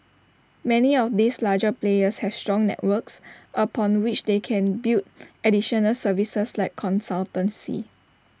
many of these larger players have strong networks upon which they can build additional services like consultancy